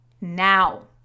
Now